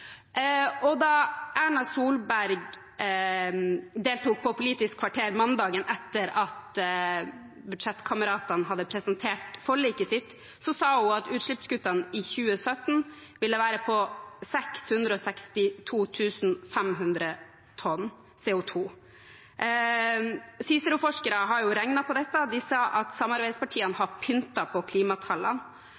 Da Erna Solberg deltok i Politisk kvarter mandagen etter at budsjettkameratene hadde presentert forliket sitt, sa hun at utslippskuttene i 2017 ville være på 662 500 tonn CO2. CICERO-forskere har regnet på dette, og de sier at samarbeidspartiene har